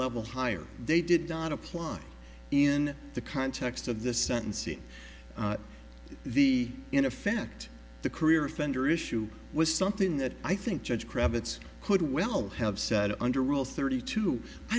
level higher they did not apply in the context of the sentencing the in effect the career offender issue was something that i think judge cravats could well have said under rule thirty two i